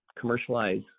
commercialize